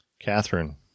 Catherine